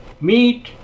meat